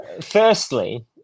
firstly